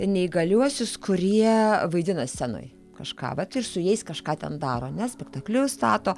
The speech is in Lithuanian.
neįgaliuosius kurie vaidina scenoj kažką vat ir su jais kažką ten daro ane spektaklius stato